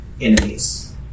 enemies